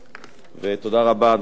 ותודה רבה, אדוני היושב-ראש,